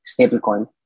stablecoin